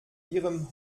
ihrem